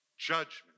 judgment